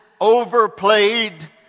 overplayed